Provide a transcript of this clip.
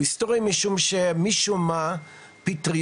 הוא היסטורי משום שמשום מה פטריות